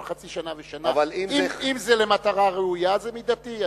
אבל חצי שנה ושנה, אם זה למטרה ראויה זה מידתי.